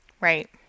Right